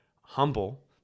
humble